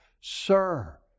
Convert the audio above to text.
Sir